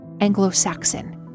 Anglo-Saxon